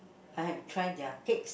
I have tried their cakes